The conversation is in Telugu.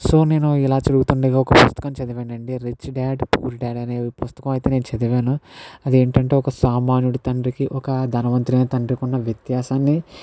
సో నేను ఇలా చదువుతుండగా ఒక పుస్తకం చదివినండి రిచ్ డాడ్ పూర్ డాడ్ అనే పుస్తకం అయితే నేను చదివాను అది ఏంటంటే ఒక సామాన్యుడు తండ్రికి ఒక ధనవంతుడైన తండ్రికి ఉన్న వ్యత్యాసాన్ని